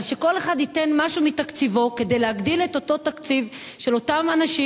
אבל שכל אחד ייתן משהו מתקציבו כדי להגדיל את אותו תקציב של אותם אנשים,